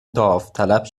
داوطلب